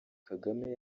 kagame